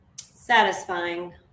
Satisfying